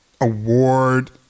award